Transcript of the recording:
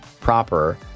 proper